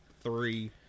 three